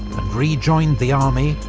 and rejoined the army,